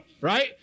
right